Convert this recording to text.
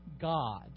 God